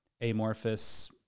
amorphous